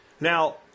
Now